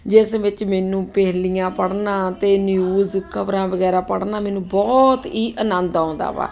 ਜਿਸ ਵਿੱਚ ਮੈਨੂੰ ਪਹੇਲੀਆਂ ਪੜ੍ਹਨਾ ਅਤੇ ਨਿਊਜ਼ ਖ਼ਬਰਾਂ ਵਗੈਰਾ ਪੜ੍ਹਨਾ ਮੈਨੂੰ ਬਹੁਤ ਹੀ ਆਨੰਦ ਆਉਂਦਾ ਵਾ